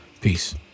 peace